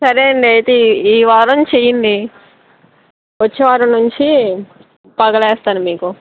సరే అండి అయితే ఈ ఈ వారం చెయ్యండి వచ్చే వారం నుంచి పగలేస్తాను మీకు